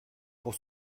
pour